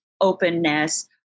openness